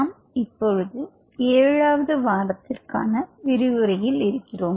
நாம் இப்போது ஏழாவது வாரத்திற்கான விரிவுரையில் இருக்கிறோம்